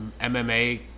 MMA